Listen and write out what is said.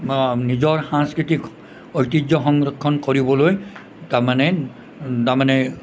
নিজৰ সাংস্কৃতিক ঐতিহ্য সংৰক্ষণ কৰিবলৈ তাৰ মানে তাৰ মানে